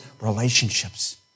relationships